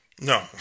No